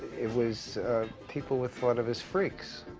it was people were thought of as freaks.